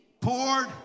poured